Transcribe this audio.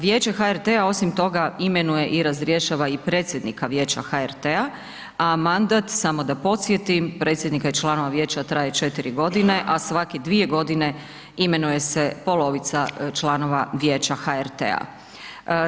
Vijeće HRT-a, osim toga, imenuje i razrješava i predsjednika vijeća HRT-a, a mandat, samo da podsjetim, predsjednika i članova vijeća traje 4 godine, a svake 2.g. imenuje se polovica članova vijeća HRT-a.